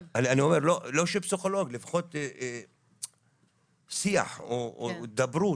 אני אומר, לא של פסיכולוג, לפחות שיח או הידברות.